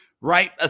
right